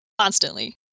Constantly